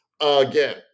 again